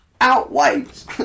outweighs